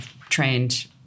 trained